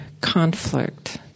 conflict